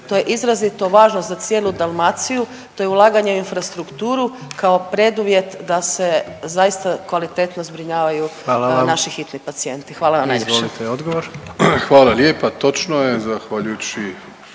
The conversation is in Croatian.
to je izrazito važno za cijelu Dalmaciju, to je ulaganje u infrastrukturu kao preduvjet da se zaista kvalitetno zbrinjavaju …/Upadica predsjednik: Hvala vam./…naši hitni pacijenti. Hvala vam najljepša.